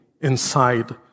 inside